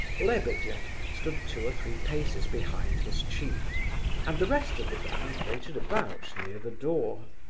lebedeff stood two or three paces behind his chief and the rest of the band waited about near the door.